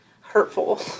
hurtful